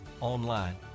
online